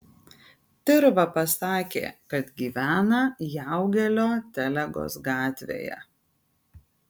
tirva pasakė kad gyvena jaugelio telegos gatvėje